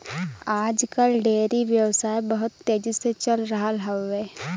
आज कल डेयरी व्यवसाय बहुत तेजी से चल रहल हौवे